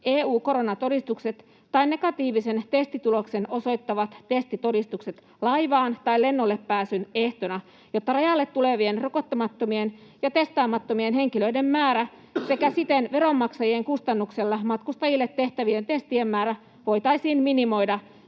EU-koronatodistukset tai negatiivisen testituloksen osoittavat testitodistukset laivaan tai lennolle pääsyn ehtona, jotta rajalle tulevien rokottamattomien ja testaamattomien henkilöiden määrä sekä siten veronmaksajien kustannuksella matkustajille tehtävien testien määrä voitaisiin minimoida